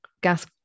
gas